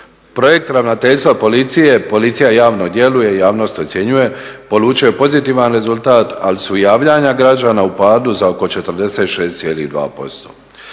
Projekt Ravnateljstva policije "Policija javno djeluje i javnost ocjenjuje" polučio je pozitivan rezultat, ali su javljanja građana u padu za oko 46,2%.